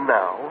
now